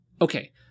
okay